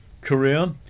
Korea